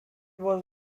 was